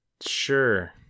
sure